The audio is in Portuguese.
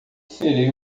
serei